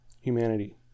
humanity